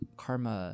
karma